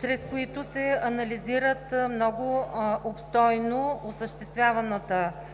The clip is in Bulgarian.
чрез които се анализира много обстойно осъществяваната болнична